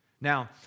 Now